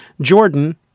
Jordan